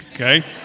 Okay